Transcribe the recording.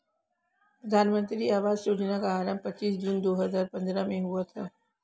प्रधानमन्त्री आवास योजना का आरम्भ पच्चीस जून दो हजार पन्द्रह को हुआ था